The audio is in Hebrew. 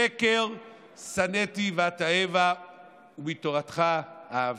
שקר שנאתי ואתעבה ומתורתך אהבתי.